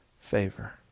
favor